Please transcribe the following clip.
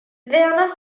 werner